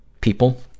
people